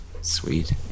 sweet